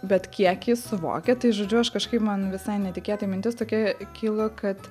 bet kiekį suvokia tai žodžiu aš kažkaip man visai netikėtai mintis tokia kilo kad